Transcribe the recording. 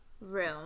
room